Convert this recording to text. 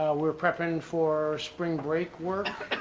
we're prepping for spring break work